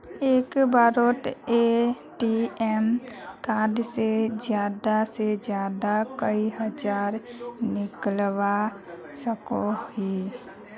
एक बारोत ATM card से ज्यादा से ज्यादा कई हजार निकलवा सकोहो ही?